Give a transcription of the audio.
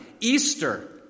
Easter